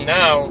now